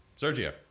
Sergio